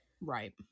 Right